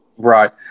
Right